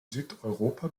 südeuropa